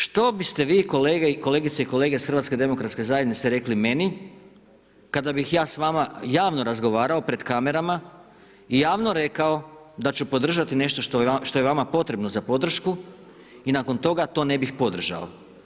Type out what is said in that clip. Što biste vi, kolegice i kolege iz HDZ-a rekli meni, kada bih ja s vama javno razgovarao pred kamerama i javno rekao da ću podržati nešto što je vama potrebno za podršku i nakon toga to ne bih podržao.